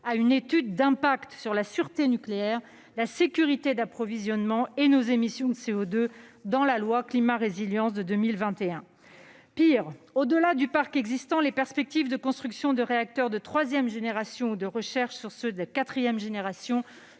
à une étude d'impact sur la sûreté nucléaire, sur la sécurité d'approvisionnement et sur nos émissions de CO2 dans la loi Climat et résilience de 2021. Pis, au-delà du parc existant, les perspectives de construction de réacteurs de troisième génération ou de recherche sur ceux de quatrième génération